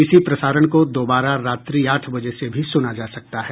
इसी प्रसारण को दोबारा रात्रि आठ बजे से भी सुना जा सकता है